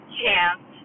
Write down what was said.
chance